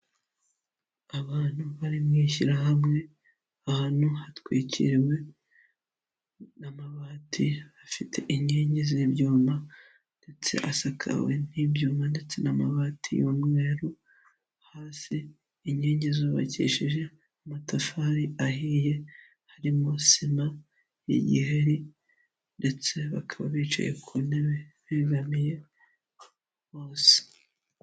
Abantu bari mw'ishyirahamwe ahantu hatwikiriwe n'amabati afite inkingi z'ibyuma ndetse asakawe n'ibyuma ndetse ni amabati y'umweru, hasi inkingi zubakishije amatafari ahiye harimo sima y'igiheri ndetse bakaba bicaye ku ntebe begamiye bose.